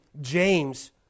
James